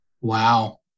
Wow